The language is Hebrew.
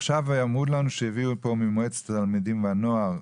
עכשיו אמרו לנו שהגיעו לפה ממועצת התלמידים והנוער.